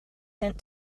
sent